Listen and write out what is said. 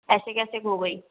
ऐसे कैसे खो गई